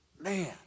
Man